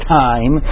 time